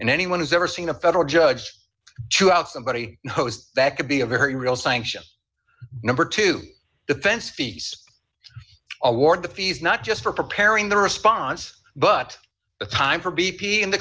anyone who's ever seen a federal judge to out somebody knows that could be a very real sanction number two defense feet award the fees not just for preparing the response but the time for b p in the